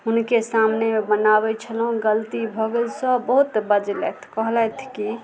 हुनके सामनेमे बनाबै छलहुॅं गलती भऽ गेल सब बहुत बजलैथ कहलैथ की